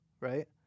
right